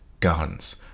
guns